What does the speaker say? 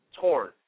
torn